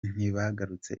ntibagarutse